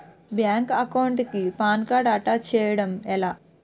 Bank account కి PAN card attach చేయడం ఎలా?